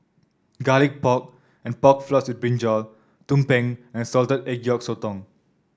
Garlic Pork and Pork Floss with brinjal tumpeng and Salted Egg Yolk Sotong